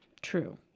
True